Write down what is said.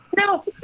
No